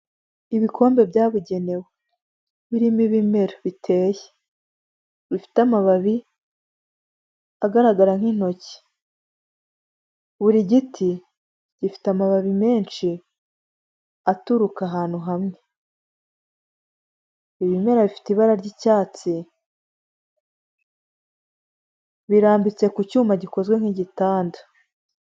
Ibikombe byabugenewe birimo ibimera biteye bifite amababi agaragara nk'intoki buri giti gifite amababi menshi aturuka ahantu hamwe, ibi bimera bifite ibara ry'icyatsi birambitse ku cy'uma gikozwe nk'igitanda.